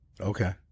Okay